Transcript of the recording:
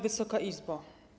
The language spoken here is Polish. Wysoka Izbo!